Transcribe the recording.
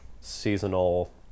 seasonal